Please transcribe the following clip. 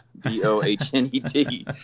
b-o-h-n-e-t